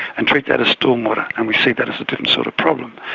and check that as stormwater, and we see that as a different sort of problem.